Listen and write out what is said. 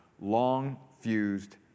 long-fused